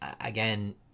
again